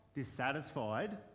dissatisfied